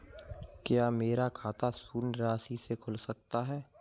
क्या मेरा खाता शून्य राशि से खुल सकता है?